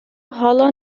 حالا